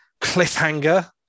cliffhanger